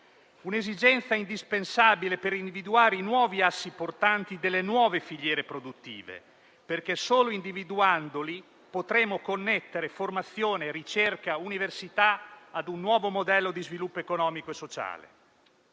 un'esigenza indispensabile per individuare i nuovi assi portanti delle nuove filiere produttive, perché solo individuandoli potremo connettere formazione, ricerca e università ad un nuovo modello di sviluppo economico e sociale.